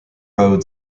road